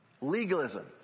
Legalism